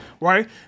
right